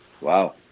Wow